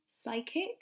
psychic